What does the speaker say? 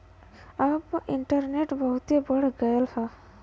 अब इन्टरनेट बहुते बढ़ गयल हौ